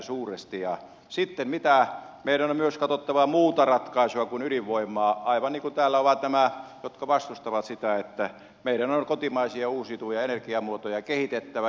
sitten meidän on katsottava myös muuta ratkaisua kuin ydinvoimaa aivan niin kuin täällä ovat nämä jotka vastustavat sitä sanoneet että meidän on kotimaisia uusiutuvia energiamuotoja kehitettävä